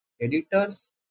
editors